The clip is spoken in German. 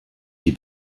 die